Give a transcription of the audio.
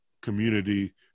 community